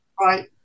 Right